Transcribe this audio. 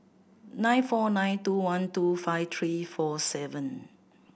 nine four nine two one two five three four seven